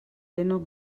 denok